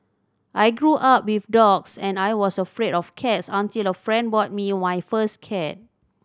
I grew up with dogs and I was afraid of cats until a friend bought me my first cat